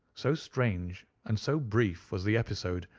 so strange and so brief was the episode,